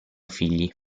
figli